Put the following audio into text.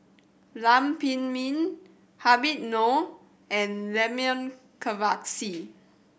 Lam Pin Min Habib Noh and Milenko Prvacki